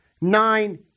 nine